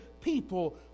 people